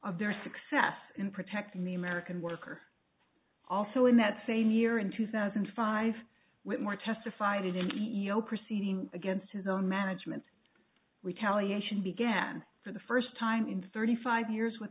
of their success in protecting the american worker also in that same year in two thousand and five with more testified in the e o p seen against his own management we cally ation began for the first time in thirty five years with